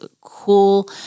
cool